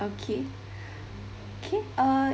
okay okay uh